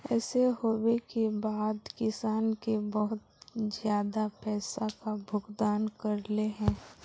ऐसे होबे के बाद किसान के बहुत ज्यादा पैसा का भुगतान करले है?